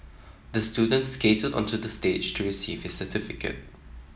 the student skated onto the stage to receive his certificate